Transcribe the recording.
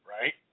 right